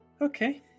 Okay